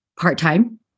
part-time